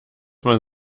man